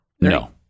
No